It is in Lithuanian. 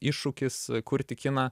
iššūkis kurti kiną